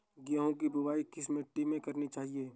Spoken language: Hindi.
गेहूँ की बुवाई किस मिट्टी में करनी चाहिए?